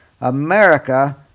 America